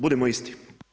Budimo isti.